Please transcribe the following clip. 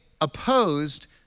opposed